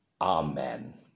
Amen